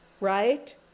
Right